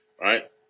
Right